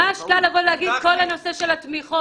ממש קל לבוא ולהגיד על כל הנושא של התמיכות.